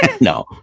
No